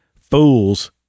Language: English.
fools